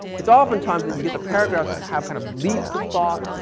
it's often times that you get the paragraphs have kind of leaps of thought.